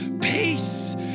peace